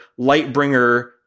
Lightbringer